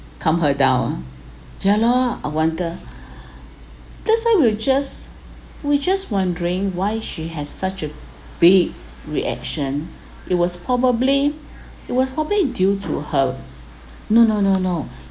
calm her down ah ya lah I wonder that's why we just we just wondering why she has such a big reaction it was probably it was probably due to her no no no no